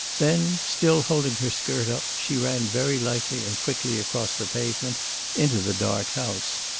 then, still holding her skirt up, she ran very lightly and quickly across the pavement into the dark house.